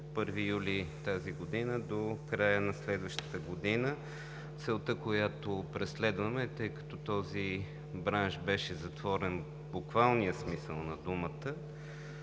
от 1 юли 2020 г. до края на следващата година. Целта, която преследваме, тъй като този бранш беше затворен в буквалния смисъл на думата,